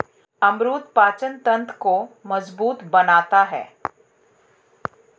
अमरूद पाचन तंत्र को मजबूत बनाता है